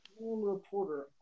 Reporter